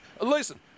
Listen